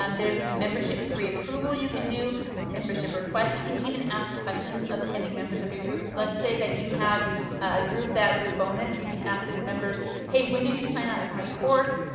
um there's a membership pre-approval, you can do membership requests. you can even ask questions of pending members of your group. let's say that you had a group that was a bonus. you can ask that members, hey, when did you sign up for my course?